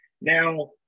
Now